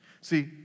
See